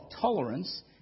tolerance